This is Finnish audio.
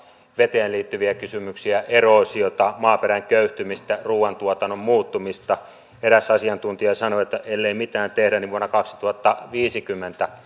veteen liittyviä kysymyksiä eroosiota maaperän köyhtymistä ruuantuotannon muuttumista eräs asiantuntija sanoi että ellei mitään tehdä niin vuonna kaksituhattaviisikymmentä